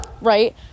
Right